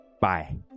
Bye